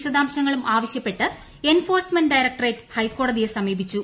വിശദാംശങ്ങളും ആവശ്യപ്പെട്ട് enforcement directorate ഹൈക്കോടതിയെ സമീപിച്ചു